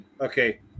Okay